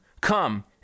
Come